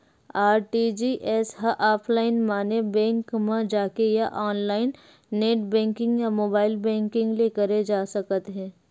RTGS ह offline माने bank म जाके या ऑनलाईन नेट बेंकिंग या मोबाईल बेंकिंग ले करे जा सकत हे